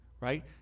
right